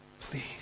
Please